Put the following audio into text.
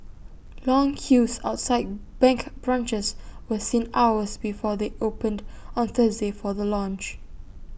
long queues outside bank branches were seen hours before they opened on Thursday for the launch